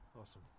Awesome